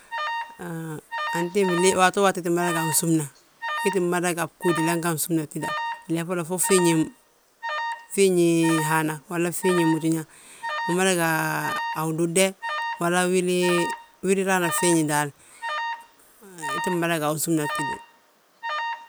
Antimbi waato waati ii ttin mada ga a ginsúmna, ii ttin mada ga a bgúudi inan ga a ginsúmna ftída flee folo, fo fiiñi hana fo fiiñi mújina. Umada ga a ududde, walla wili raana fiiñe daal, ii ttin mada ga a ginsúmna gitida.